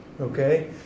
Okay